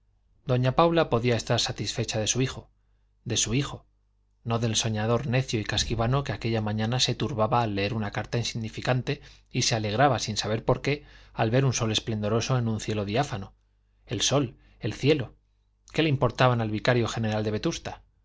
doña paula podía estar satisfecha de su hijo de su hijo no del soñador necio y casquivano que aquella mañana se turbaba al leer una carta insignificante y se alegraba sin saber por qué al ver un sol esplendoroso en un cielo diáfano el sol el cielo qué le importaban al vicario general de vetusta